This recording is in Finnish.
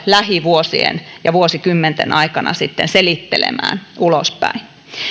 lähivuosien ja vuosikymmenten aikana sitten selittelemään ulospäin